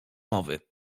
mowy